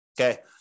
Okay